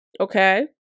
okay